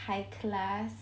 high class